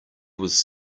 was